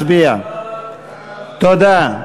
תודה.